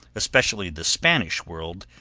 especially the spanish world,